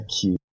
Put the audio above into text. Cute